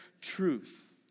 truth